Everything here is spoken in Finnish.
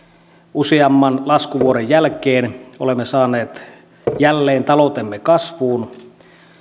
useamman laskuvuoden jälkeen olemme saaneet jälleen taloutemme kasvuun